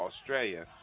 Australia